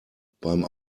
beim